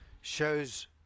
shows